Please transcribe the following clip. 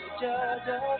judge